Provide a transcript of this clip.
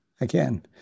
again